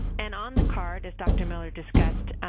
and, on the card, as dr. miller discussed,